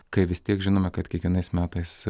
kai vis tiek žinome kad kiekvienais metais